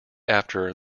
after